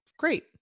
Great